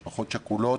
של משפחות שכולות,